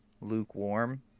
lukewarm